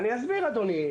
אני אסביר, אדוני.